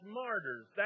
martyrs